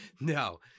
No